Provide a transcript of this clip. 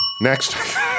Next